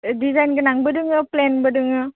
design गोनांबो दोङो प्लेनबो दोङो